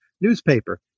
newspaper